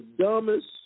dumbest